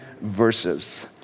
verses